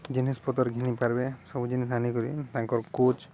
ଜିନିଷପତ୍ର ଘିନି ପାର୍ବେ ସବୁ ଜିନିଷ ଆନିକରି ତାଙ୍କର କୋଚ୍